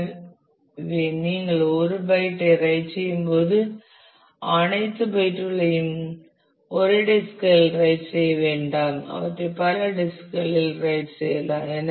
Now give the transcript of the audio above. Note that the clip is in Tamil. எனவே நீங்கள் ஒரு பைட்டை ரைட் செய்யும் போது அனைத்து பைட்டுகளையும் ஒரே டிஸ்கில் ரைட் செய்ய வேண்டாம் அவற்றை பல டிஸ்க் களில் ரைட் செய்யலாம்